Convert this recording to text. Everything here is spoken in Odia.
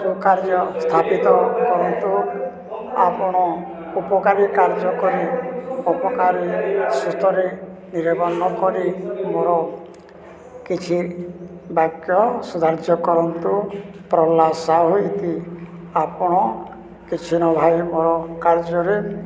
ସୁକାର୍ଯ୍ୟ ସ୍ଥାପିତ କରନ୍ତୁ ଆପଣ ଉପକାରୀ କାର୍ଯ୍ୟ କରି ଉପପକାରୀ ସୁସ୍ଥରେ ନକରି ମୋର କିଛି ବାକ୍ୟ ସୁଧାର୍ଯ୍ୟ କରନ୍ତୁ ପ୍ରହଲ୍ଲାଦ ସାହୁ ଇତି ଆପଣ କିଛି ନ ଭାବି ମୋର କାର୍ଯ୍ୟରେ